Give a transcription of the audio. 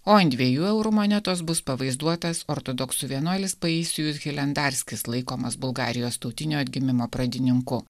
o ant dviejų eurų monetos bus pavaizduotas ortodoksų vienuolis paisijus hilendarskis laikomas bulgarijos tautinio atgimimo pradininku